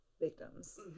victims